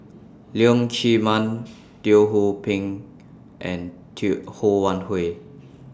Leong Chee Mun Teo Ho Pin and Ho Wan Hui